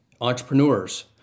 entrepreneurs